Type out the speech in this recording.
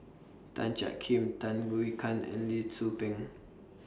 Tan Jiak Kim Tham Yui Kan and Lee Tzu Pheng